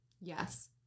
Yes